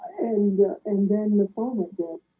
and and then the father